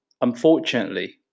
Unfortunately